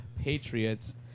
Patriots